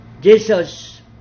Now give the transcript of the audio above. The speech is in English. Jesus